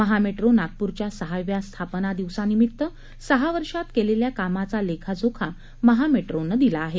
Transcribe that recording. महामेट्रो नागपूरच्या सहाव्या स्थापना दिवसानिमित्त सहा वर्षात केलेल्या कामाचा लेखाजोखा महा मेट्रोने दिला आहे